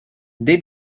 they